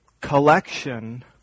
collection